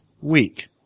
week